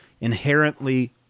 inherently